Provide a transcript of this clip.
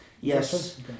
yes